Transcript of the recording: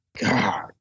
God